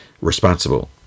responsible